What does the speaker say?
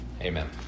Amen